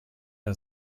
der